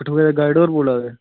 कठुआ दा गाईड होर बोला दे